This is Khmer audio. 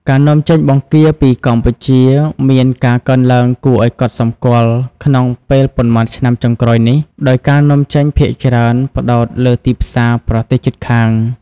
ការនាំចេញបង្គាពីកម្ពុជាមានការកើនឡើងគួរឲ្យកត់សម្គាល់ក្នុងពេលប៉ុន្មានឆ្នាំចុងក្រោយនេះ ដោយការនាំចេញភាគច្រើនផ្តោតលើទីផ្សារប្រទេសជិតខាង។